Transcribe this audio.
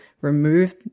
remove